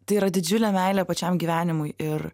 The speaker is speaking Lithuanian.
tai yra didžiulė meilė pačiam gyvenimui ir